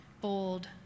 bold